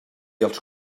els